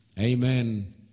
Amen